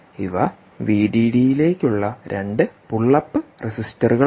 ഇവ വിഡിഡിയിലേക്കുള്ള 2 pull up റെസിസ്റ്ററുകളാണ്